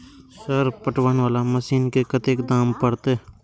Sir पटवन वाला machine के कतेक दाम परतें?